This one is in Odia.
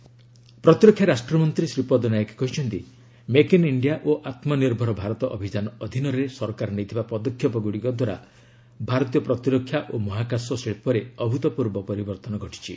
ଶ୍ରୀପଦ ନାୟକ ପ୍ରତିରକ୍ଷା ରାଷ୍ଟ୍ରମନ୍ତ୍ରୀ ଶ୍ରୀପଦ ନାୟକ କହିଛନ୍ତି ମେକ୍ ଇନ୍ ଇଣ୍ଡିଆ ଓ ଆତ୍ମନିର୍ଭର ଭାରତ ଅଭିଯାନ ଅଧୀନରେ ସରକାର ନେଇଥିବା ପଦକ୍ଷେପଗୁଡ଼ିକ ଦ୍ୱାରା ଭାରତୀୟ ପ୍ରତିରକ୍ଷା ଓ ମହାକାଶ ଶିଳ୍ପରେ ଅଭୂତପୂର୍ବ ପରିବର୍ତ୍ତନ ଘଟିଛି